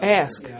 ask